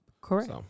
Correct